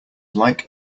like